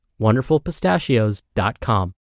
wonderfulpistachios.com